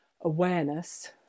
awareness